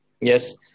Yes